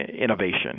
innovation